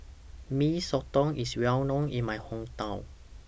Mee Soto IS Well known in My Hometown